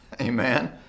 amen